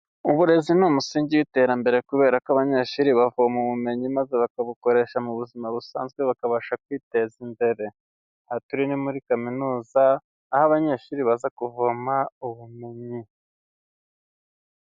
Uburezi ni umusingi w'iterambere kubera ko abanyeshuri bavoma ubumenyi maze bakabukoresha mu buzima busanzwe bakabasha kwiteza imbere. Aha turi ni muri kaminuza, aho abanyeshuri baza kuvoma ubumenyi.